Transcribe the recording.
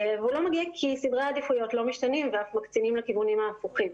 הוא לא מגיע כי סדרי העדיפויות לא משתנים ואף מקצינים לכיוונים ההפוכים.